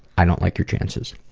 i don't like your chances.